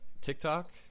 tiktok